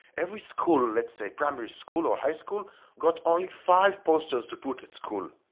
every school, let's say primary school or high school got only five posters to put at school.